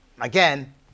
again